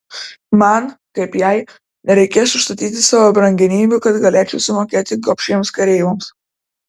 man kaip jai nereikės užstatyti savo brangenybių kad galėčiau sumokėti gobšiems kareivoms